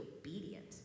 obedient